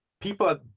people